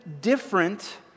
different